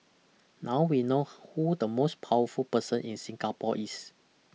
now we know who the most powerful person in Singapore is